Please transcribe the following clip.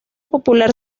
popular